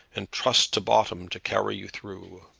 and trust to bottom to carry you through.